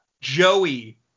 Joey